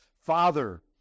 Father